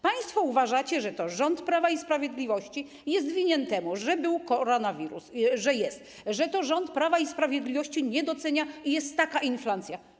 Państwo uważacie, że to rząd Prawa i Sprawiedliwości jest winien temu, że jest koronawirus, że to rząd Prawa i Sprawiedliwości nie docenia, że jest taka inflacja.